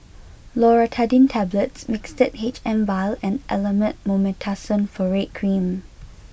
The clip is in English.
Loratadine Tablets Mixtard H M vial and Elomet Mometasone Furoate Cream